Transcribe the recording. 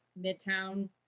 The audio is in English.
Midtown